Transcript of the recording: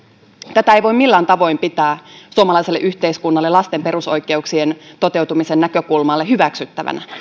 tätä ei voi millään tavoin pitää suomalaiselle yhteiskunnalle lasten perusoikeuksien toteutumisen näkökulmasta hyväksyttävänä